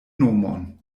nomon